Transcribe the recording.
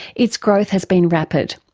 its growth has been rapid.